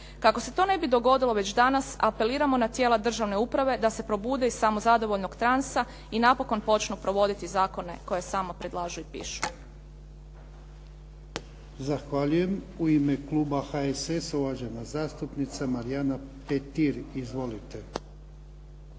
Kako se to ne bi dogodilo već danas, apeliramo na tijela državne uprave da se probude iz samozadovoljnog transa i napokon počnu provoditi zakone koje samo predlažu i pišu. **Jarnjak, Ivan (HDZ)** Zahvaljujem. U ime kluba HSS-a uvažena zastupnica Marijana Petir. Izvolite.